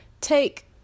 take